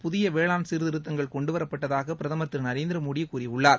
புதிய வேளாண் சீர்திருத்தங்கள் கொண்டுவரப்பட்டதாக பிரதமர் திரு நரேந்திரமோடி கூறியுள்ளார்